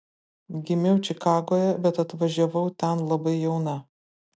gimiau čikagoje bet atvažiavau ten labai jauna